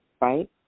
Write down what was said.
right